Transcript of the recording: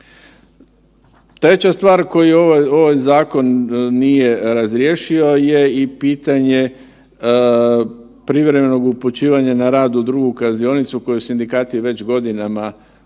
Treća stvar koju ovaj zakon nije razriješio je i pitanje privremenog upućivanja na rad u drugu kaznionicu koju sindikati već godinama